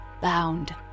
bound